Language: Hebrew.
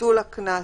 ביטול הקנס